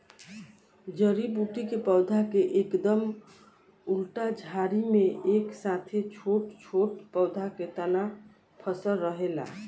जड़ी बूटी के पौधा के एकदम उल्टा झाड़ी में एक साथे छोट छोट पौधा के तना फसल रहेला